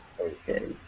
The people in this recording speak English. Okay